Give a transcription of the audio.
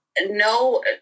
no